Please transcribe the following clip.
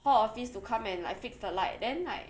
hall office to come and fix the light then like